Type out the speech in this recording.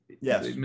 yes